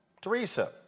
Teresa